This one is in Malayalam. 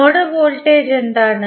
നോഡ് വോൾട്ടേജ് എന്താണ്